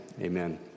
amen